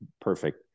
perfect